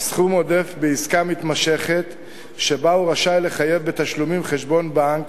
סכום עודף בעסקה מתמשכת שבה הוא רשאי לחייב בתשלומים חשבון בנק